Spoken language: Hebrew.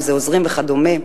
עוזרים וכדומה.